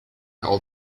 all